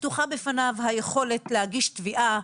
פתוחה בפניו היכולת להגיש תביעה,